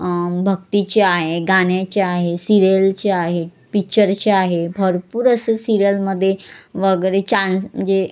भक्तीचे आहे गाण्याचे आहे सिरियलचे आहे पिच्चरचे आहे भरपूर असं सिरियलमध्ये वगैरे चान्स म्हणजे